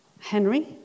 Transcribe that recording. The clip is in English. Henry